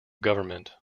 government